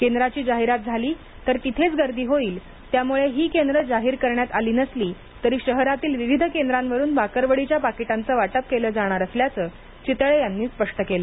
केंद्रांची जाहिरात झाली तर तिथेच गर्दी होईल त्यामुळे ही केंद्र जाहीर करण्यात आली नसली तरी शहरातील विविध केंद्रांवरून बाकरवडीच्या पाकिटांचं वाटप केलं जाणार असल्याचं चितळे यांनी स्पष्ट केलं